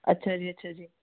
ਅੱਛਾ ਜੀ ਅੱਛਾ ਜੀ